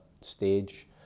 stage